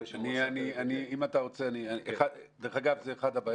שכר של מורה שמועסק על ידי --- זו אחת הבעיות,